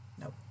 Nope